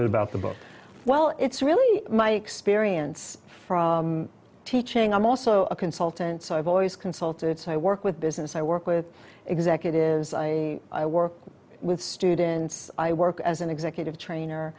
bit about the book well it's really my experience from teaching i'm also a consultant so i've always consultants i work with business i work with executives i work with students i work as an executive trainer